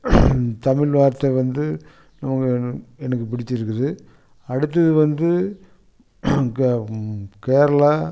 தமிழ் வார்த்தை வந்து எனக்கு பிடிச்சுருக்குது அடுத்தது வந்து கேரளா